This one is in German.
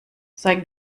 sei